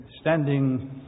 standing